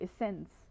essence